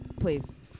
please